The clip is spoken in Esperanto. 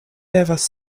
devas